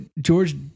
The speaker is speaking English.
George